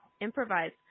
improvise